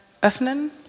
öffnen